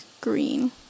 green